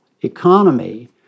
economy